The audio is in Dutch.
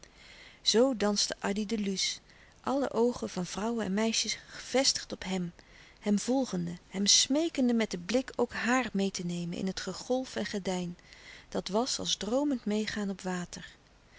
zoo danste addy de luce alle oogen van vrouwen en meisjes gevestigd op hem hem volgende hem smeekende met den blik ook hàar meê te nemen in het gegolf en gedein dat was als droomend meêgaan op water